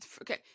okay